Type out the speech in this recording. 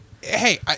Hey